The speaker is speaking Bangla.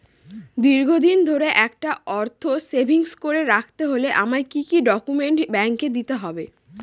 দীর্ঘদিন ধরে একটা অর্থ সেভিংস করে রাখতে হলে আমায় কি কি ডক্যুমেন্ট ব্যাংকে দিতে হবে?